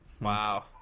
Wow